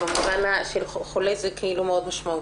במובן של חולה זה מאוד משמעותי.